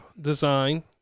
design